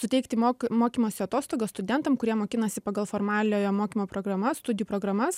suteikti mok mokymosi atostogas studentam kurie mokinasi pagal formaliojo mokymo programas studijų programas